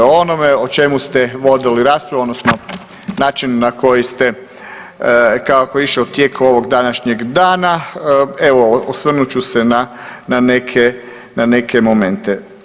O onome o čemu ste vodili raspravu, odnosno način na koji ste, kako je išao tijek ovog današnjeg dana evo osvrnut ću se na neke momente.